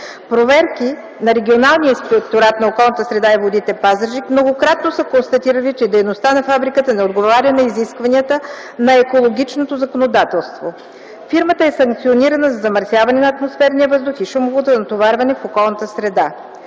Проверки на Регионалния инспекторат по околната среда и водите – Пазарджик, многократно са констатирали, че дейността на фабриката не отговаря на изискванията на екологичното законодателство. Фирмата е санкционирана за замърсяване на атмосферния въздух, за шумовото натоварване на околната среда.